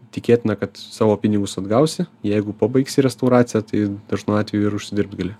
tikėtina kad savo pinigus atgausi jeigu pabaigsi restauraciją tai dažnu atveju ir užsidirbt gali